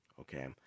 okay